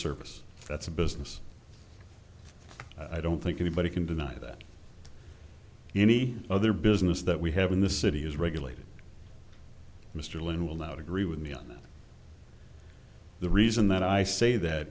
service that's a business i don't think anybody can deny that any other business that we have in the city is regulated mr lynn will not agree with me on the reason that i say that